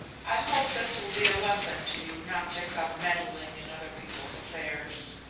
i hope this will be a lesson to you not to come meddling in other people's affairs.